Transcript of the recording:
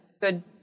good